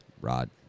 Rod